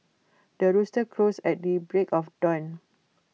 the rooster crows at the break of dawn